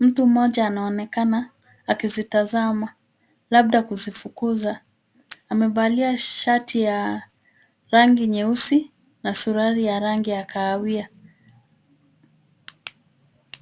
Mtu mmoja anaonekana akizitazama labda kuzifukukuza. Amevalia shati ya rangi nyeusi na suruali ya rangi ya kahawia.